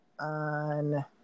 on